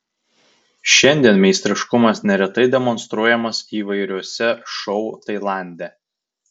šiandien meistriškumas neretai demonstruojamas įvairiuose šou tailande